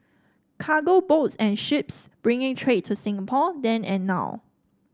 cargo boats and ships bringing trade to Singapore then and now